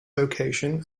vocation